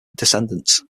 descendants